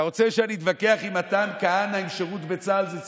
אתה רוצה שאני אתווכח עם מתן כהנא אם שירות בצה"ל זה ציונות?